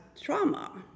trauma